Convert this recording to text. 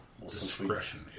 discretion